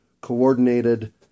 coordinated